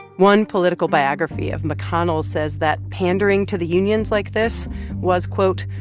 one political biography of mcconnell says that pandering to the unions like this was, quote,